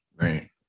Right